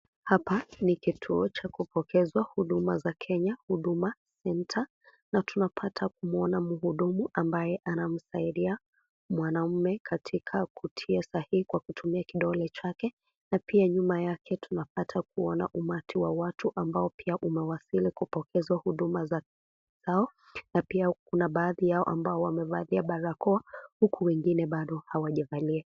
Hapa ni kituo cha kupokezwa huduma za Kenya. Huduma Centre na tunapata kuona mhudumu ambaye anamsaidia mwanaume katika Kutia sahihi kwa kutumia kidole chake na pia nyuma yake tunapata kuona umati wa watu ambao pia wamewasili wanapokezwa huduma zao, na pia Kuna Baadhi yao wamevalia barakoa huku wengine bado hawajavalia.